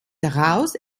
daraus